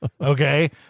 Okay